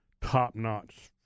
top-notch